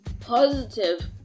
positive